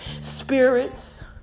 spirits